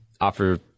offer